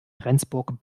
rendsburg